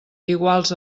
iguals